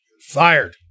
Fired